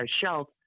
shelf